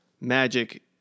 magic